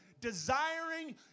Desiring